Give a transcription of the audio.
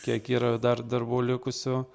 kiek yra dar darbų likusių